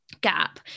gap